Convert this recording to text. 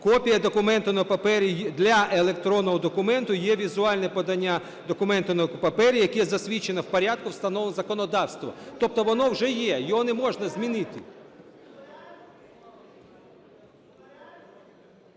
Копія документу на папері для електронного документу є візуальне подання документу на папері, яке є засвідчене в порядку, встановленого законодавством. Тобто воно вже є, його не можна змінити.